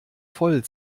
voll